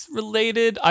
related